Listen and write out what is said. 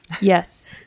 Yes